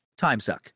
timesuck